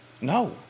No